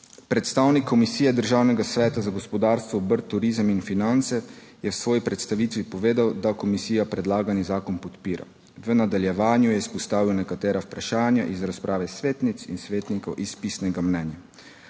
Predstavnik Komisije Državnega sveta za gospodarstvo, obrt, turizem in finance je v svoji predstavitvi povedal, da komisija predlagani zakon podpira. V nadaljevanju je izpostavil nekatera vprašanja iz razprave svetnic in svetnikov iz pisnega mnenja.